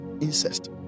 incest